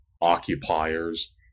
occupiers